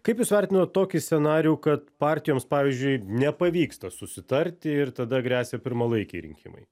kaip jūs vertinot tokį scenarijų kad partijoms pavyzdžiui nepavyksta susitarti ir tada gresia pirmalaikiai rinkimai